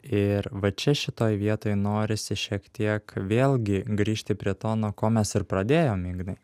ir va čia šitoj vietoj norisi šiek tiek vėlgi grįžti prie to nuo ko mes ir pradėjom ignai